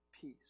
peace